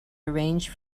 arrange